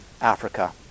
Africa